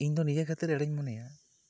ᱤᱧ ᱫᱚ ᱱᱤᱭᱟᱹ ᱠᱷᱟᱹᱛᱤᱨ ᱮᱲᱮᱧ ᱢᱚᱱᱮᱭᱟ